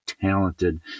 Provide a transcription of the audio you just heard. talented